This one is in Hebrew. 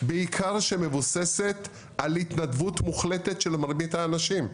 בעיקר שמבוססת על התנדבות מוחלטת של מרבית האנשים.